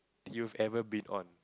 you've ever been on